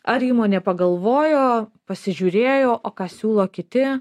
ar įmonė pagalvojo pasižiūrėjo o ką siūlo kiti